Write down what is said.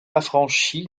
affranchi